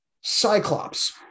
Cyclops